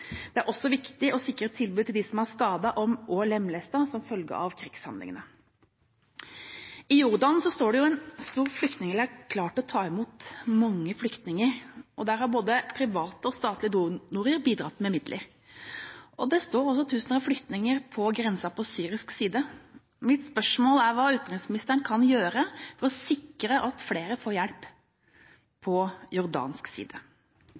Det er også viktig å sikre et tilbud til dem som er skadet og lemlestet som følge av krigshandlingene. I Jordan står det en stor flyktningleir klar til å ta imot mange flyktninger, og der har både private og statlige donorer bidratt med midler. Det står tusener av flyktninger på grensen på syrisk side, og mitt spørsmål er hva utenriksministeren kan gjøre for å sikre at flere får hjelp på jordansk side.